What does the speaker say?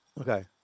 okay